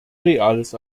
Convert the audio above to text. reales